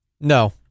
No